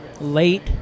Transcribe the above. late